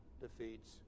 defeats